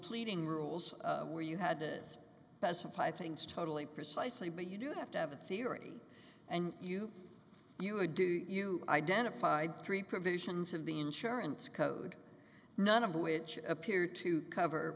pleading rules where you had to is present five things totally precisely but you do have to have a theory and you you are do you identified three provisions of the insurance code none of which appear to cover